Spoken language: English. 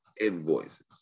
invoices